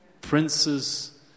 Princes